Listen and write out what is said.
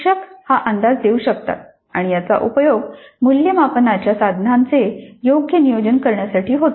शिक्षक हा अंदाज देऊ शकतात आणि याचा उपयोग मूल्यमापनाच्या साधनांचे योग्य नियोजन करण्यासाठी होतो